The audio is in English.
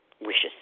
wishes